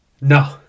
No